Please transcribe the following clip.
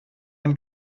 ein